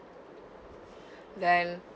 then